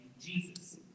Jesus